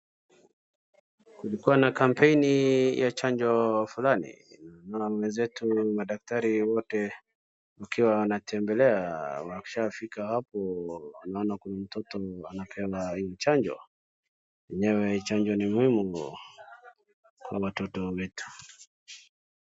Kulikuwa na kampeni ya chanjo fulani, naona mwenzetu madaktari wote wakiwa wanatembelea. Wakishafika hapo, naona kuna mtoto anapewa hii chanjo. Enyewe chanjo ni muhimu kwa watoto wetu.